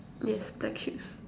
yes black shoes